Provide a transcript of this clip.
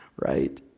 Right